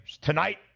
tonight